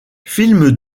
film